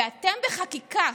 ואתם, בחקיקה